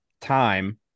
time